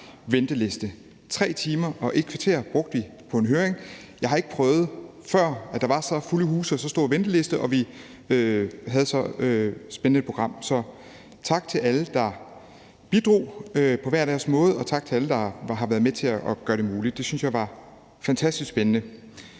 venteliste. 3 timer og 1 kvarter brugte vi på en høring. Jeg har ikke prøvet før, at der var så fulde huse og så lang en venteliste, og at vi havde så spændende et program. Så tak til alle, der bidrog på hver deres måde, og tak til alle, der har været med til at gøre det muligt. Jeg synes, det var fantastisk spændende